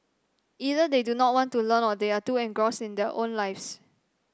either they do not want to learn or they are too engrossed in their own lives